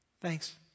Thanks